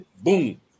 boom